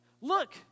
look